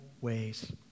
ways